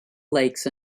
lakes